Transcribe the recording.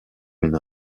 une